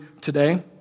today